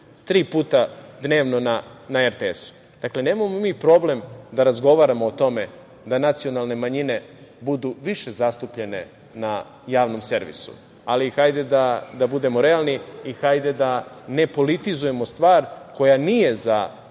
tri puta dnevno na RTS-u? Dakle, nemamo mi problem da razgovaramo o tome da nacionalne manjine budu više zastupljene na javnom servisu, ali hajde da budemo realni i hajde da ne politizujemo stvar koja nije za